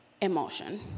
emotion